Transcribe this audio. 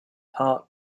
heart